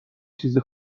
چیزی